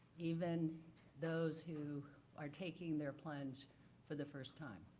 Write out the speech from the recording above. even those who are taking their plunge for the first time.